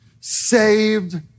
saved